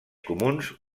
comuns